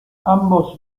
ambos